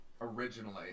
originally